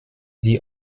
die